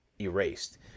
erased